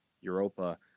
Europa